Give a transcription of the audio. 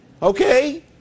Okay